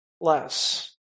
less